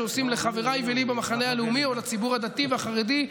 שעושים לחבריי ולי במחנה הלאומי או לציבור הדתי והחרדי,